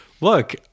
look